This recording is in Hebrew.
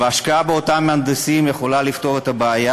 והשקעה באותם מהנדסים יכולה לפתור את הבעיה.